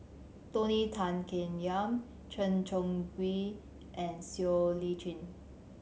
Tony Tan Keng Yam Chen Chong Swee and Siow Lee Chin